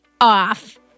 off